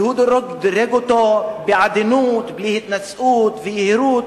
והוא דירג אותו בעדינות, בלי התנשאות ויהירות.